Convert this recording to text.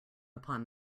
upon